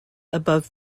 above